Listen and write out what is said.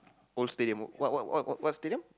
old stadium what what what what what stadium